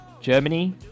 Germany